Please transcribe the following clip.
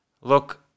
Look